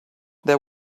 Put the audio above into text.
there